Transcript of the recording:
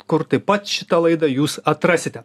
kur taip pat šitą laidą jūs atrasite